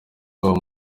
rwabo